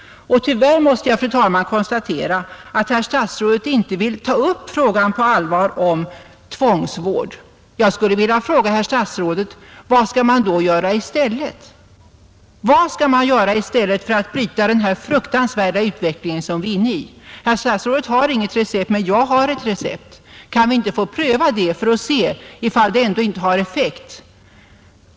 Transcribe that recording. att komma till rätta med narkotikaproblemet att komma till rätta med narkotikaproblemet för att bryta den fruktansvärda utveckling som vi nu är inne i? Statsrådet har inget recept — men det har jag. Kan vi inte få pröva det och se om det ändå inte har effekt?